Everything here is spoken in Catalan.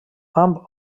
amb